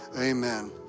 Amen